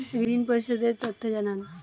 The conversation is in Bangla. ঋন পরিশোধ এর তথ্য জানান